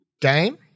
game